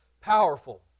powerful